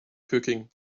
cooking